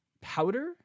powder